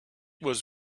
was